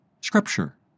Scripture